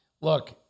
Look